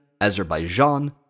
Azerbaijan